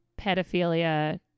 pedophilia